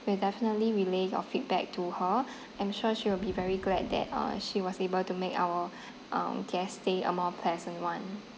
we'll definitely relay your feedback to her I'm sure she will be very glad that uh she was able to make our um guest's stay a more pleasant one